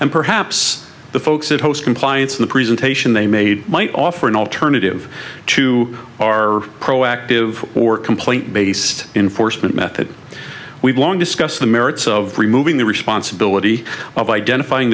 and perhaps the folks at host compliance in the presentation they made might offer an alternative to our proactive or complaint based in forcemeat method we've long discuss the merits of removing the responsibility of identifying